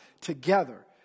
together